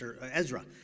Ezra